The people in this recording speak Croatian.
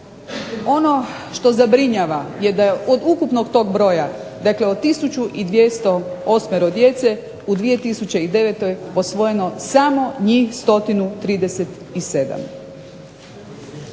Ono što zabrinjava je da od ukupnog broja, od 1208 djece u 2009. posvojeno samo njih 137.